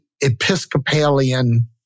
Episcopalian